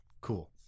Cool